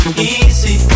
easy